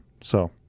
So-